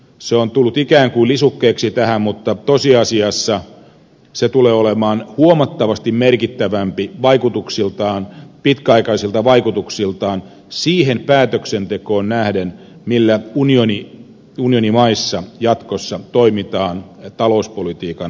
se on tullut ikään kuin lisukkeeksi tähän mutta tosiasiassa se tulee olemaan huomattavasti merkittävämpi pitkäaikaisilta vaikutuksiltaan siihen päätöksentekoon nähden millä unionimaissa jatkossa toimitaan talouspolitiikan osalta